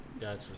Gotcha